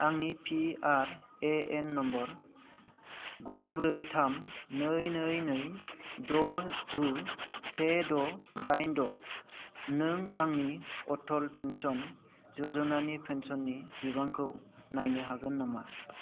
आंनि PRAN number गु ब्रै थाम नै नै नै द' गु से द' दाइन द' नों आंनि अटल पेन्सन यज'नानि पेन्सननि बिबांखौ नायनो हागोन नामा